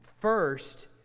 first